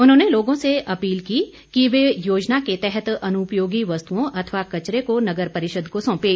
उन्होंने लोगों से अपील की कि वे योजना के तहत अनुपयोगी वस्तुओं अथवा कचरे को नगर परिषद को सौंपें